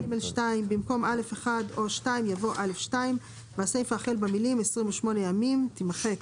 במקום "(א1) או (2)" יבוא "(א2)" והסיפה החל במילים "28 ימים תימחק,